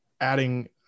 adding